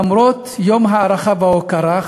למרות שזהו יום ההערכה וההוקרה,